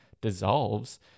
dissolves